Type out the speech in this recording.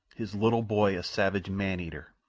his little boy a savage man-eater!